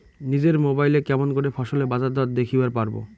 নিজের মোবাইলে কেমন করে ফসলের বাজারদর দেখিবার পারবো?